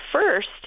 first